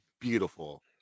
beautiful